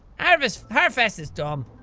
harfest harfest is dumb.